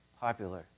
popular